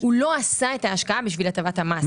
הוא לא עשה את ההשקעה בשביל הטבת המס.